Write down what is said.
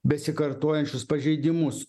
besikartojančius pažeidimus